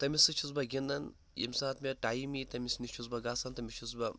تٔمِس سۭتۍ چھُس بہٕ گِنٛدان ییٚمہِ ساتہٕ مےٚ ٹایم یی تٔمِس نِش چھُس بہٕ گژھان تٔمِس چھُس بہٕ